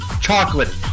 chocolate